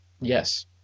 Yes